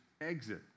exit